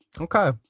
Okay